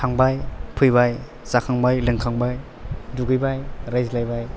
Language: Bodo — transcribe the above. थांबाय फैबाय जाखांबाय लोंखांबाय दुगैबाय रायज्लायबाय